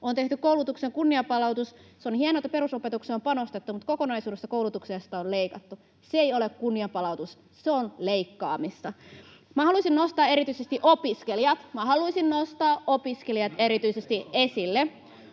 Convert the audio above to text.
on tehty koulutuksen kunnianpalautus. Se on hienoa, että perusopetukseen on panostettu, mutta kokonaisuudessaan koulutuksesta on leikattu. Se ei ole kunnianpalautus. Se on leikkaamista. [Mari-Leena Talvitien välihuuto